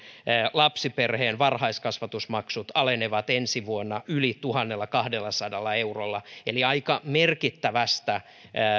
lapsiperheen varhaiskasvatusmaksut alenevat ensi vuonna yli tuhannellakahdellasadalla eurolla eli aika merkittävästä